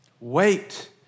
wait